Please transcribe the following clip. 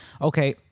okay